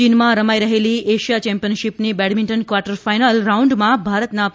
ચીનમાં રમાઇ રહેલી એશિયા ચેમ્પીયનશીપની બેડમિન્ટન ક્વાર્ટરફાઇનલ રાઉન્ડમાં ભારતના પી